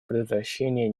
предотвращение